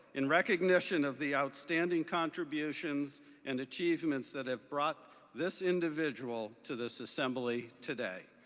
in recognition of the outstanding contributions and achievements that have brought this individual to this assembly today.